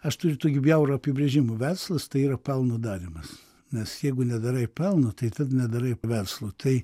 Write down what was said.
aš turiu tokį bjaurų apibrėžimu verslas tai yra pelno darymas nes jeigu nedarai pelno tai tada nedarai verslo tai